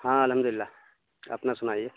ہاں الحمد للہ اپنا سنائیے